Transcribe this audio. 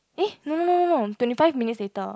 eh no no no no no twenty five minutes later